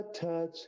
touch